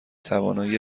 توانایی